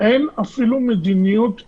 אין אפילו מדיניות אחידה.